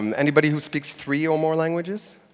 um anybody who speaks three or more languages?